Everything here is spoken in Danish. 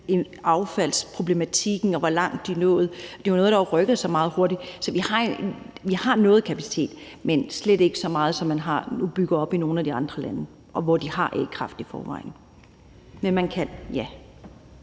affaldsproblematikken og om, hvor langt de var nået. Det er noget, der har rykket sig meget hurtigt, så vi har noget kapacitet; men slet ikke så meget, som man har bygget op i nogle af de andre lande, hvor de har a-kraft i forvejen. Men man kan, ja.